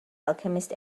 alchemist